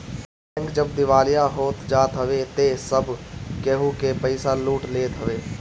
bank जब दिवालिया हो जात हवे तअ सब केहू के पईसा लूट लेत हवे